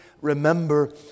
remember